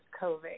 COVID